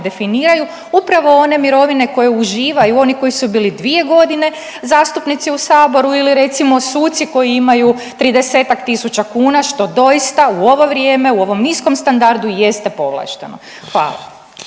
definiraju, upravo one mirovine koje uživaju oni koji su bili 2.g. zastupnici u saboru ili recimo suci koji imaju 30-tak tisuća kuna što doista u ovo vrijeme, u ovom niskom standardu jeste povlašteno, hvala.